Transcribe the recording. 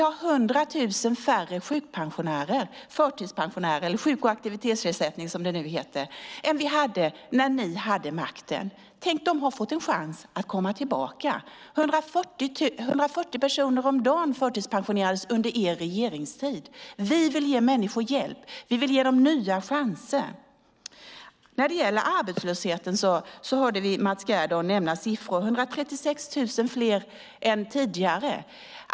100 000 färre har sjukpension eller förtidspension - eller sjuk och aktivitetsersättning som det nu heter - än när ni hade makten. De har fått en chans att komma tillbaka. Under er regeringstid förtidspensionerades 140 personer om dagen. Vi vill ge människor hjälp. Vi vill ge dem nya chanser. Mats Gerdau nämnde siffran 136 000.